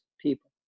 people